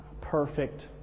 perfect